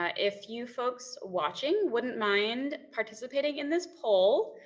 ah if you folks watching wouldn't mind participating in this poll,